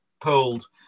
pulled